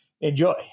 enjoy